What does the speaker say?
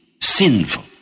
sinful